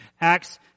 Acts